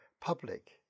public